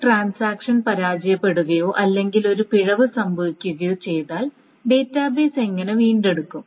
ഒരു ട്രാൻസാക്ഷൻ പരാജയപ്പെടുകയോ അല്ലെങ്കിൽ ഒരു പിഴവ് സംഭവിക്കുകയോ ചെയ്താൽ ഡാറ്റാബേസ് എങ്ങനെ വീണ്ടെടുക്കും